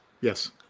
Yes